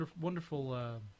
Wonderful